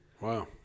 Wow